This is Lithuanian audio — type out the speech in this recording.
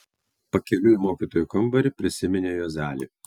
pakeliui į mokytojų kambarį prisiminė juozelį